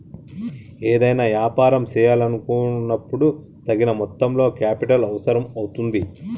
ఏదైనా యాపారం చేయాలనుకున్నపుడు తగిన మొత్తంలో కేపిటల్ అవసరం అవుతుంది